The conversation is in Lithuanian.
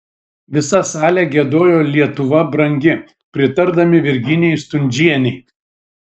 visa salė giedojo lietuva brangi pritardami virginijai stundžienei